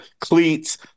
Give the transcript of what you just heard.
cleats